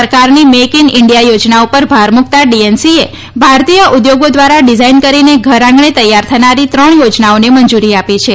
સરકારની make in India થોજના ઉપર ભાર મુકતાં ડીએનસીએ ભારતીય ઉદ્યોગો ધ્વારા ડિઝાઇન કરીને ઘર આંગણે તૈયાર થનારી ત્રણ યોજનાઓને મંજુરી આપી છે